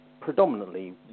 predominantly